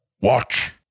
Watch